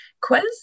quiz